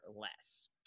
less